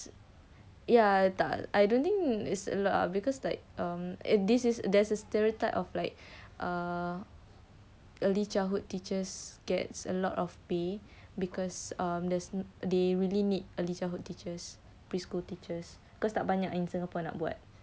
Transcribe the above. ya tak I don't think is lah because like um it this is there's a stereotype of like err early childhood teachers gets a lot of because um there's they really need early childhood teachers preschool teachers because that tak banyak in singapore nak buat